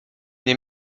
nie